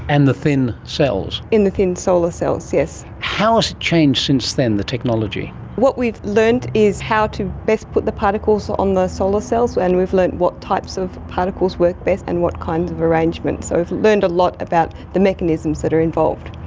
and the thin cells. in the thin solar cells, yes. how has it changed since then, the technology? what we've learned is how to best put the particles on the solar cells, and we've learned what types of particles work best and what kinds of arrangements. so we've learned a lot about the mechanisms that are involved.